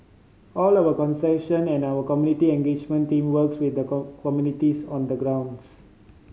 all of concession and our community engagement team works with the communities on the grounds